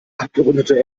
abgerundete